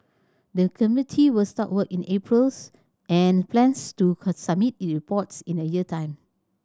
the committee will start work in April and plans to submit its report in a year's time